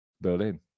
Berlin